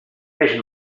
peix